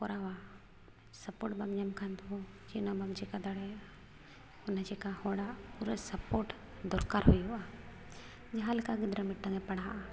ᱠᱚᱨᱟᱣᱟ ᱥᱟᱯᱳᱨᱴ ᱵᱟᱢ ᱧᱟᱢ ᱠᱷᱟᱱᱫᱚ ᱪᱮᱫᱦᱚᱸ ᱵᱟᱢ ᱪᱤᱠᱟᱹ ᱫᱟᱲᱮᱭᱟᱜᱼᱟ ᱚᱱᱟ ᱪᱤᱠᱟᱹ ᱦᱚᱲᱟᱜ ᱯᱩᱨᱟᱹ ᱥᱟᱯᱳᱨᱴ ᱫᱚᱨᱠᱟᱨ ᱦᱩᱭᱩᱜᱼᱟ ᱡᱟᱦᱟᱸ ᱞᱮᱠᱟ ᱜᱤᱫᱽᱨᱟᱹ ᱢᱤᱫᱴᱟᱝᱼᱮ ᱯᱟᱲᱦᱟᱜᱼᱟ